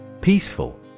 Peaceful